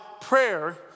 prayer